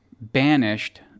banished